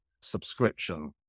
subscription